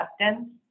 acceptance